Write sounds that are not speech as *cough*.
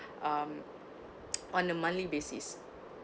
um *noise* on a monthly basis